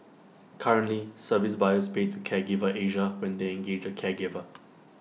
currently service buyers pay to Caregiver Asia when they engage A caregiver